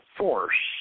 force